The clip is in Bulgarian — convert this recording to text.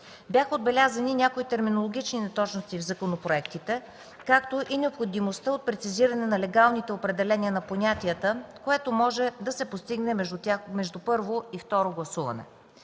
Бяха отбелязани някои терминологични неточности в законопроектите, както и необходимостта от прецизиране на легалните определения на понятията, което може да се постигне между първо и второ гласуване.